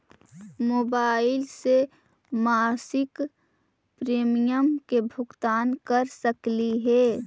Mobile से मासिक premium के भुगतान कर सकली हे?